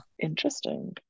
Interesting